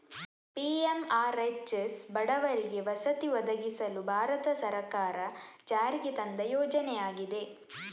PMRHS ಬಡವರಿಗೆ ವಸತಿ ಒದಗಿಸಲು ಭಾರತ ಸರ್ಕಾರ ಜಾರಿಗೆ ತಂದ ಯೋಜನೆಯಾಗಿದೆ